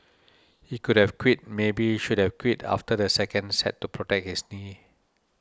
he could have quit maybe should have quit after the second set to protect his knee